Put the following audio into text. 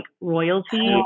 royalty